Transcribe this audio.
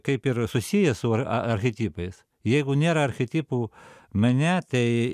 kaip ir susijęs su archetipais jeigu nėra archetipų mene tai